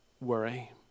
worry